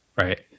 Right